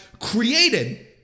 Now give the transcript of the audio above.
created